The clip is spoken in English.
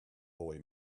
boy